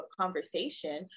conversation